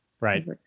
Right